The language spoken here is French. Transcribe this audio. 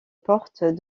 portes